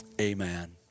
Amen